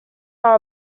are